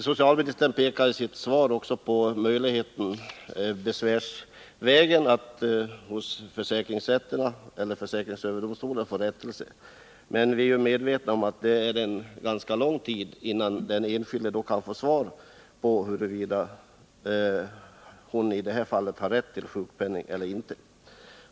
Socialministern pekar i sitt svar också på möjligheten att besvärsvägen hos försäkringsrätterna eller försäkringsöverdomstolen få rättelse. Vi är dock medvetna om att det tar ganska lång tid innan den enskilde då kan få svar på frågan huruvida hon i det här fallet har rätt till sjukpenning eller inte.